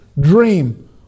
dream